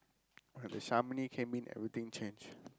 Shamini came in everything change